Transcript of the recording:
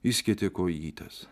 išskėtė kojytes